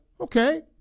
Okay